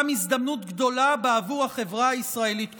הזדמנות גדולה בעבור החברה הישראלית כולה.